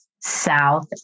South